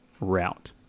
route